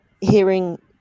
hearing